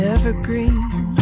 Evergreen